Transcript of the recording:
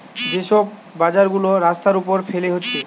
যে সব বাজার গুলা রাস্তার উপর ফেলে হচ্ছে